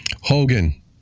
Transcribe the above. Hogan